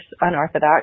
Unorthodox